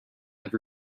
have